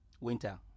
Winter